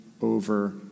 over